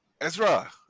Ezra